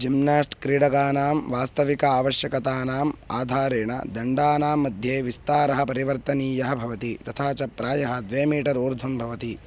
gymnast क्रीडकानां वास्तविकम् आवश्यकतानाम् आधारेण दण्डानां मध्ये विस्तारः परिवर्तनीयः भवति तथा च प्रायः द्वे मीटर् ऊर्ध्वं भवति